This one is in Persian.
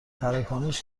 تراکنش